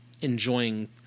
enjoying